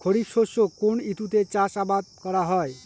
খরিফ শস্য কোন ঋতুতে চাষাবাদ করা হয়?